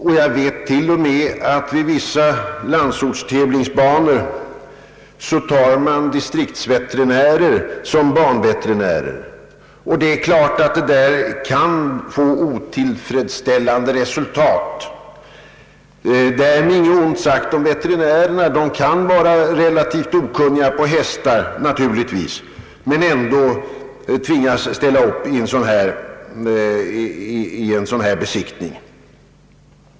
Vid vissa landsortstävlingsbanor förekommer det till och med att man anlitar distriktsveterinärer som banveterinärer, och det är klart att detta kan få otillfredsställande resultat. Därmed inget ont sagt om dessa veterinärer. De kan naturligtvis vara kunniga men sakna erfarenhet på hästar men ändå tvingas att medverka vid sådan här besiktning.